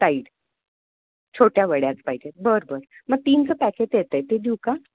tied छोट्या वड्याच पाहिजे बर बर मग तीनचं पॅकेट येतं आहे ते देऊ का